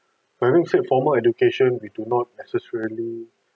meaning said formal education we do not necessarily